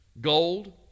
Gold